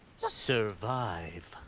survive.